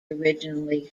originally